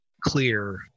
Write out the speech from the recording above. clear